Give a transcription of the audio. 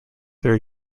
there